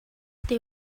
they